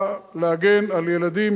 הוא בא להגן על ילדים,